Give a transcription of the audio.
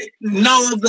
now